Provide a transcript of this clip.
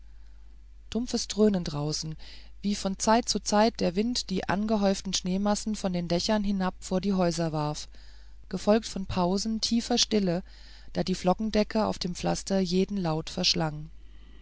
dumpfes dröhnen draußen wie von zeit zu zeit der wind die angehäuften schneemassen von den dächern hinab vor die häuser warf gefolgt von pausen tiefer stille da die flockendecke auf dem pflaster jeden laut verschlang